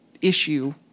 issue